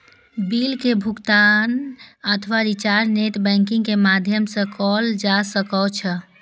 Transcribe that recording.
bill के भुगातन अथवा रिचार्ज नेट बैंकिंग के माध्यम सं कैल जा सकै छै